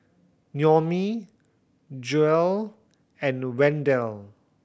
Naomi Joelle and Wendel